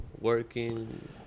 working